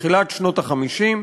בתחילת שנות ה-50,